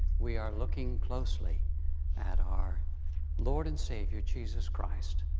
we are looking closely at our lord and savior jesus christ,